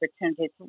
opportunities